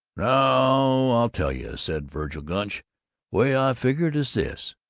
now, i'll tell you, said vergil gunch way i figure it is this,